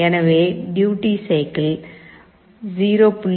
எனவே நாம் duty cycle 0